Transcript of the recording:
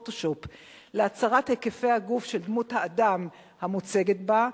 להצרת היקפי הגוף של דמות האדם המוצגת בה,